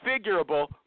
configurable